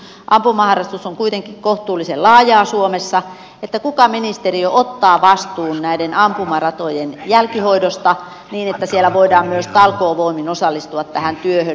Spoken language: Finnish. nyt kysyn kun ampumaharrastus on kuitenkin kohtuullisen laajaa suomessa mikä ministeriö ottaa vastuun näiden ampumaratojen jälkihoidosta niin että siellä voidaan myös talkoovoimin osallistua tähän työhön kohtuullisessa määrin